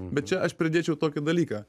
bet čia aš pridėčiau tokį dalyką